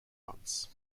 months